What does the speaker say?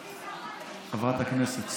חברת הכנסת סטרוק,